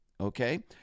Okay